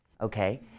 Okay